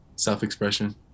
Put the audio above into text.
Self-expression